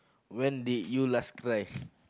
when did you last cry